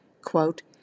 Quote